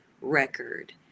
record